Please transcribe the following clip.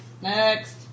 Next